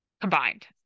combined